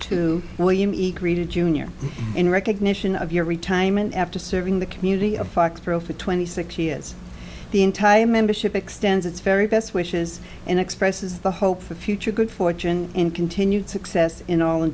to william eek reed a junior in recognition of your retirement after serving the community of foxboro for twenty six years the entire membership extends its very best wishes and expresses the hope for the future good fortune and continued success in all